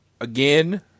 Again